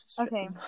Okay